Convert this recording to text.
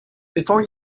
before